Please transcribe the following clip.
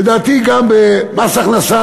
לדעתי גם במס הכנסה.